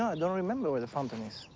i don't remember where the fountain is.